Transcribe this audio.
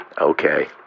Okay